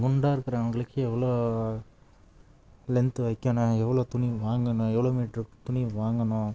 குண்டாக இருக்கிறவங்களுக்கு எவ்வளோ லென்த்து வைக்கணும் எவ்வளோ துணி வாங்கணும் எவ்வளோ மீட்ருக்கு துணி வாங்கணும்